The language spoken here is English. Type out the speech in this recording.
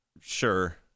Sure